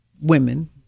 women